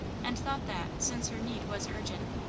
and thought that, since her need was urgent,